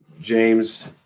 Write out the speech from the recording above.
James